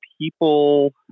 people